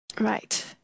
Right